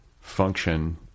function